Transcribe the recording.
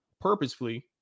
purposefully